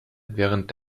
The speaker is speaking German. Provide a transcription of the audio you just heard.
während